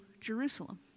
Jerusalem